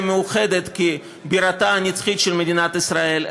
מאוחדת כבירתה הנצחית של מדינת ישראל,